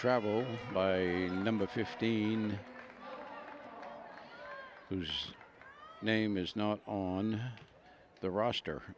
travel by number fifteen whose name is not on the roster